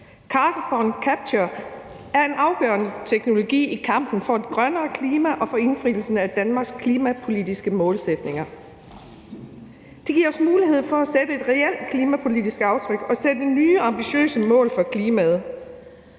Carbon capture er en afgørende teknologi i kampen for et grønnere klima og for indfrielsen af Danmarks klimapolitiske målsætninger. Det giver os mulighed for at sætte et reelt klimapolitisk aftryk og sætte nye ambitiøse mål for klimaet.